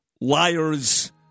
liars